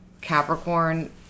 Capricorn